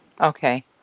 Okay